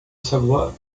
savoie